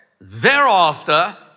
Thereafter